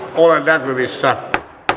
ole näkyvissä